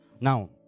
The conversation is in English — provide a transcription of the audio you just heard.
Now